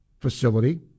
facility